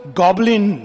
goblin